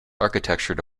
architecture